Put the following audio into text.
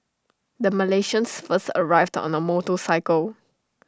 the Malaysians first arrived on A motorcycle